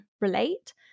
relate